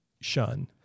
shun